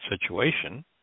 situation